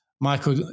Michael